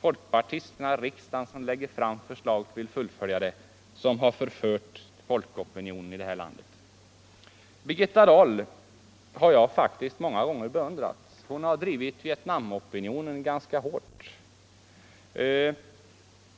folkpartisterna i riksdagen, som lägger fram förslag och vill fullfölja tanken på detta stöd, har förfört folkopinionen i detta land? Birgitta Dahl har jag faktiskt många gånger beundrat. Hon har drivit opinionen i Vietnamfrågan ganska hårt.